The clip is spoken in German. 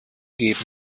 geben